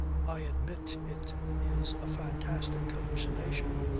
i admit it is a fantastic hallucination,